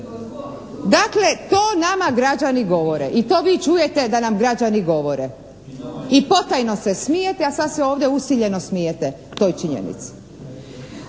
Dakle to nama građani govore. I to vi čujete da nam građani govore. I potajno se smijete, a sad se ovdje usiljeno smijete toj činjenici.